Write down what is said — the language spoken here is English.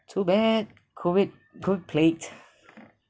too bad COVID COVID play